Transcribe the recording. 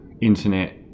internet